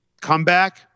comeback